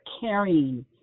carrying